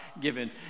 given